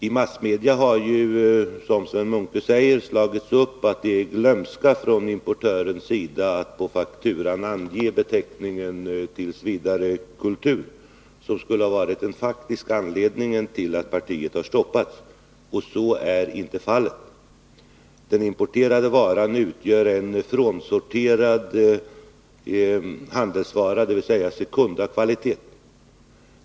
I massmedia har, som Sven Munke säger, slagits upp att det är importörens glömska att på fakturan ange beteckningen ”för vidare kultur” som skulle ha varit den faktiska anledningen till att partiet stoppats. Så är inte fallet. Den importerade varan utgör en frånsorterad handelsvara, dvs. sekunda kvalitet.